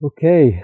Okay